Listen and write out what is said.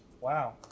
Wow